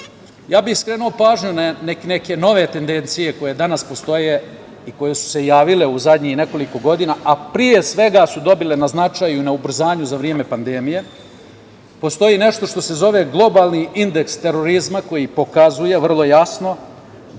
bih pažnju na neke nove tendencije koje danas postoje i koje su se javile u zadnjih nekoliko godina, a pre svega su dobile na značaju, na ubrzanju za vreme pandemije. Postoji nešto što se zove globalni indeks terorizma, koji pokazuje vrlo jasno da